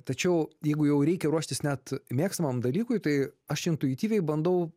tačiau jeigu jau reikia ruoštis net mėgstamam dalykui tai aš intuityviai bandau